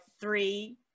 three